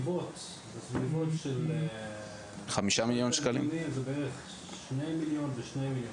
לפי הנתונים זה בערך 2 מיליון ו-2 מיליון,